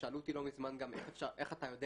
שאלו אותי לא מזמן גם איך אתה יודע